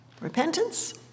Repentance